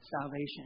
salvation